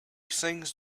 sings